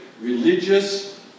religious